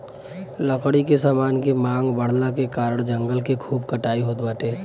लकड़ी के समान के मांग बढ़ला के कारण जंगल के खूब कटाई होत बाटे